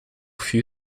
fio